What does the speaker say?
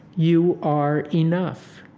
you are enough